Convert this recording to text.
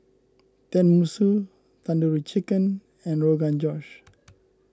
Tenmusu Tandoori Chicken and Rogan Josh